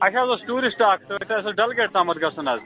اَسہِ حظ اوس ٹوٗرِسٹہٕ اَکھ سۭتۍ اَسہِ اوس ڈَل گَیٹ تام گژھُن حظ